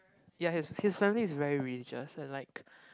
ya his his family is very religious and like